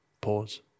Pause